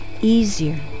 easier